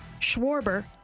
Schwarber